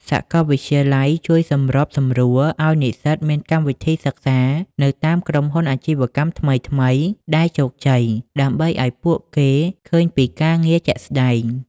សាកលវិទ្យាល័យជួយសម្របសម្រួលឱ្យនិស្សិតមាន "កម្មសិក្សា" នៅតាមក្រុមហ៊ុន អាជីវកម្មថ្មីៗដែលជោគជ័យ ដើម្បីឱ្យពួកគេឃើញពីការងារជាក់ស្ដែង។